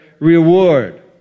Reward